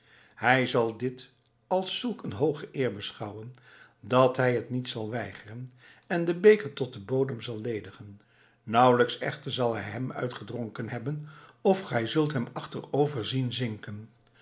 hij zal dit als zulk een hooge eer beschouwen dat hij het niet zal weigeren en den beker tot op den bodem zal ledigen nauwelijks echter zal hij hem uitgedronken hebben of gij zult hem achterover zien zinken